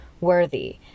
worthy